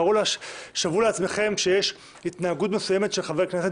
שוו לעצמכם שיש התנהגות מסוימת של חבר כנסת